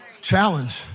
Challenge